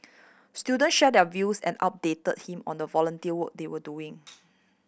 student shared their views and updated him on the volunteer work they were doing